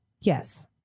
Yes